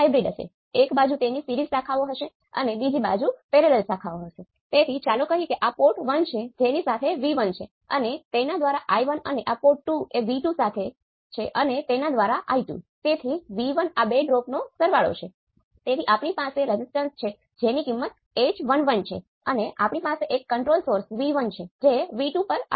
હવે જ્યારે તમારી પાસે બે નોડ્સ જોડાયેલા હોય છે તેનો તફાવત શૂન્ય હોય છે